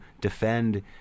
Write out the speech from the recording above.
defend